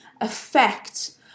affect